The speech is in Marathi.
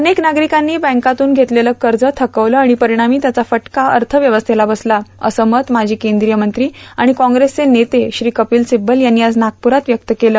अनेक नागरिकांनी बँकातून घेतलेलं कर्ज थकवलं आणि परिणामी त्याचा फटका अर्थव्यवस्थेला बसला असं मत माजी केंद्रीय मंत्री आणि काँग्रेसचे नेते श्री कपिल सिब्बल यांनी आज नागप्रात व्यक्त केलं